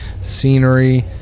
scenery